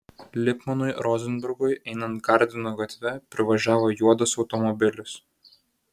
lipmanui rozenbergui einant gardino gatve privažiavo juodas automobilis